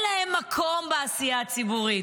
התייחסו אלינו כאל אנשים שאין להם מקום בעשייה הציבורית.